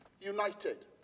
united